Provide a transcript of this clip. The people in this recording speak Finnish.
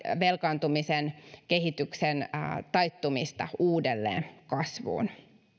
velkaantumisen kehityksen taittumista uudelleen kasvuun